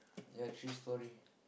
ya three storey